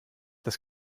das